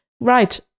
right